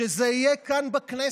שזה יהיה כאן בכנסת,